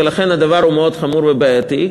ולכן הדבר הוא מאוד חמור ובעייתי,